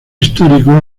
histórico